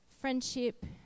friendship